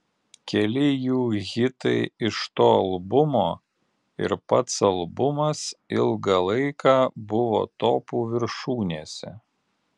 keli jų hitai iš to albumo ir pats albumas ilgą laiką buvo topų viršūnėse